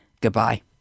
Goodbye